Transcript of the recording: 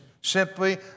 simply